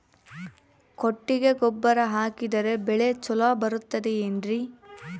ಕೊಟ್ಟಿಗೆ ಗೊಬ್ಬರ ಹಾಕಿದರೆ ಬೆಳೆ ಚೊಲೊ ಬರುತ್ತದೆ ಏನ್ರಿ?